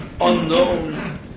unknown